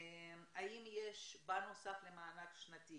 האם יש בנוסף למענק השנתי